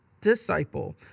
disciple